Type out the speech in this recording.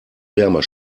wärmer